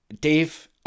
dave